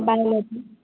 biology